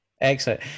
Excellent